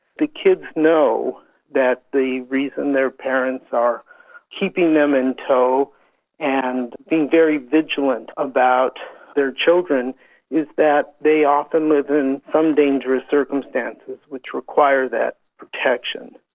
the kids know that the reason their parents are keeping them in tow and being very vigilant about their children is that they often live in some dangerous circumstances which require that protection.